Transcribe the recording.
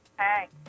Hey